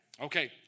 Okay